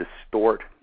distort